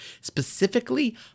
specifically